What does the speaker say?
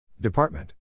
Department